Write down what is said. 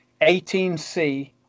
18C